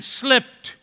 slipped